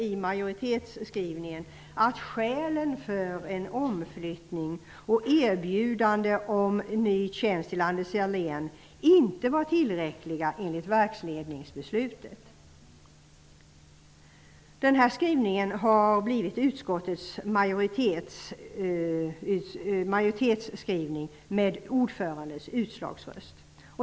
I majoritetsskrivningen står det att skälen för en omflyttning och ett erbjudande om en ny tjänst för Anders Sahlén enligt verksledningsbeslutet inte var tillräckliga. Den här skrivningen har blivit utskottets majoritetsskrivning med hjälp av ordförandens utslagsröst.